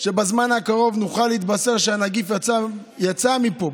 שבזמן הקרוב נוכל להתבשר שהנגיף יצא מפה,